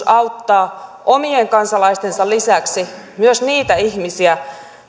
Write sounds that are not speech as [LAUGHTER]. [UNINTELLIGIBLE] auttaa omien kansalaistensa lisäksi myös niitä ihmisiä